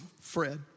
Fred